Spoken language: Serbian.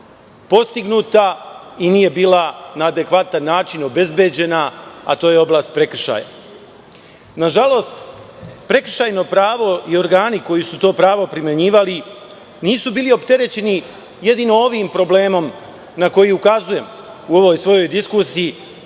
postignuta i nije bila na adekvatan način obezbeđena a to je oblast prekršaja. Nažalost, prekršajno pravo i organi koji su to pravo primenjivali nisu bili opterećeni jedino ovim problemom na koji ukazujem u ovoj svojoj diskusiji,